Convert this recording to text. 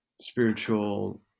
spiritual